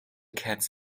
cats